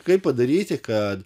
kaip padaryti kad